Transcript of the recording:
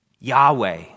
Yahweh